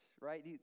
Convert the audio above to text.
right